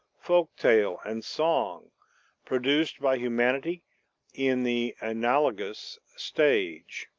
folk-tale, and song produced by humanity in the analogous stage.